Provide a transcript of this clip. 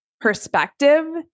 perspective